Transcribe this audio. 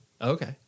Okay